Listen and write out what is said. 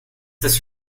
this